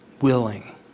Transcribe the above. willing